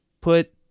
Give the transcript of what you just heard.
put